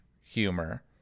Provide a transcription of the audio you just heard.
humor